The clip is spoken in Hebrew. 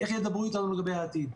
איך ידברו איתנו לגבי העתיד?